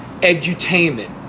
edutainment